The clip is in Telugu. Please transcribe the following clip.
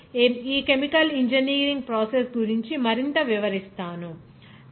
కాబట్టి ఈ కెమికల్ ఇంజనీరింగ్ ప్రాసెస్ గురించి మరింత వివరిస్తాను